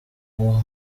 uwo